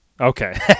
Okay